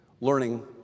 learning